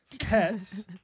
pets